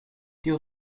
tio